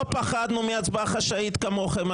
לא פחדנו מהצבעה חשאית כמוכם.